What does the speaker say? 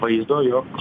vaizdo jog